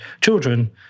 children